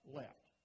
left